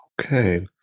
Okay